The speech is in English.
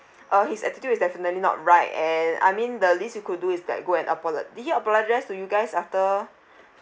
uh his attitude is definitely not right and I mean the least you could do is like go and apolo~ did he apologise to you guys after